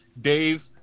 Dave